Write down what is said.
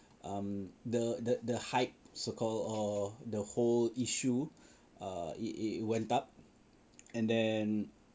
um the the the hype so called or the whole issue err it it went up and then